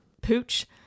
Pooch